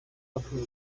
afungiwe